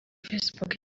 facebook